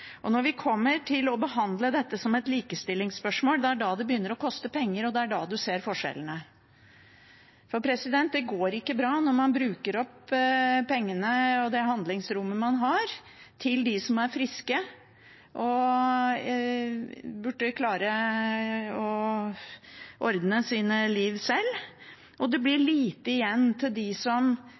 Når vi behandler dette som et likestillingsspørsmål, det er da det begynner å koste penger, og det er da man ser forskjellene. For det går ikke bra når man bruker opp pengene og det handlingsrommet man har, på dem som er friske og burde klare å ordne sitt liv selv. Det blir lite igjen til dem som trenger spesielle ordninger for at de skal kunne leve et helt vanlig liv, som